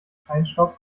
feinstaub